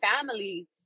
family